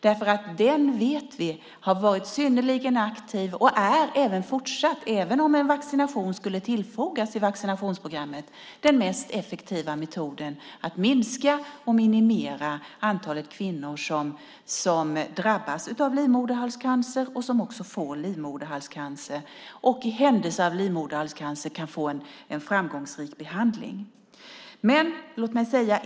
Vi vet att den har varit synnerligen aktiv och är även fortsatt, även om en vaccination skulle tillfogas i vaccinationsprogrammet, den mest effektiva metoden att minska och minimera antalet kvinnor som drabbas av livmoderhalscancer och som i händelse av livmoderhalscancer kan få en framgångsrik behandling.